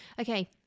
Okay